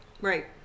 Right